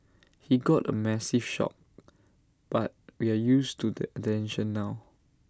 he got A massive shock but we're used to the attention now